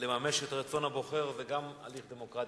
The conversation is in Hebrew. לממש את רצון הבוחר זה גם הליך דמוקרטי,